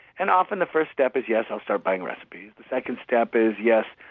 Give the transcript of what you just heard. and often the first step is, yes, i'll start buying recipes. the second step is, yes,